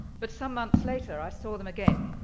but some months later, i saw them again,